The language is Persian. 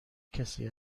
کسی